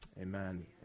Amen